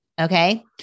Okay